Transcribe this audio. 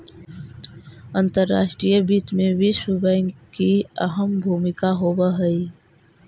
अंतर्राष्ट्रीय वित्त में विश्व बैंक की अहम भूमिका होवअ हई